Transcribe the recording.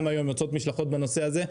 גם היום יוצאות משלחות בנושא הזה.